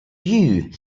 you